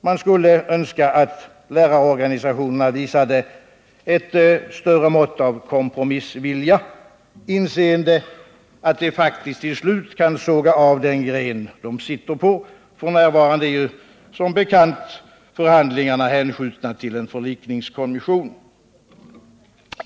Man skulle önska att lärarorganisationerna visade ett större mått av kompromissvilja, inseende att de faktiskt till slut kan såga av den gren de sitter på. F.n. är förhandlingarna som bekant hänskjutna till en förlikningskommission.